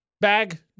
Bag